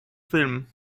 film